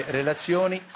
relazioni